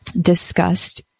discussed